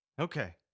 Okay